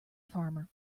farmer